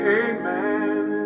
amen